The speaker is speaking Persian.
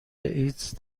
ایدز